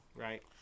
Right